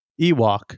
Ewok